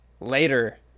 later